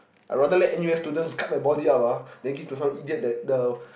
I rather let N_U_S students cut my body up ah than give to some idiot that uh